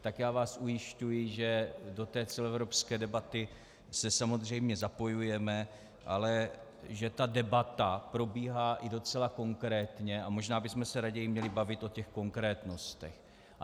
Tak já vás ujišťuji, že do té celoevropské debaty se samozřejmě zapojujeme, ale že ta debata probíhá i docela konkrétně, a možná bychom se raději měli bavit o těch konkrétnostech.